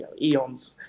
eons